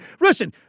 listen